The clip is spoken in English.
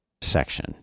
section